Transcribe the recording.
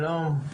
שלום.